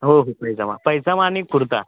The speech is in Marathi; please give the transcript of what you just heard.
हो हो पायजमा पायजमा आणि कुर्ता